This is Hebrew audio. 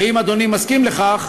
ואם אדוני מסכים לכך,